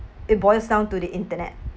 it boils down to the internet